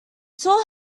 seoul